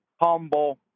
humble